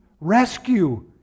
rescue